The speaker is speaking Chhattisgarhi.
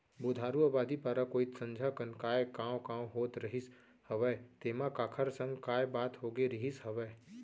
बुधारू अबादी पारा कोइत संझा कन काय कॉंव कॉंव होत रहिस हवय तेंमा काखर संग काय बात होगे रिहिस हवय?